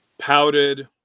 Pouted